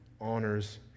honors